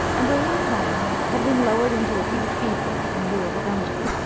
and the little colonel had been lowered into a deep feed-bin, in lieu of a dungeon.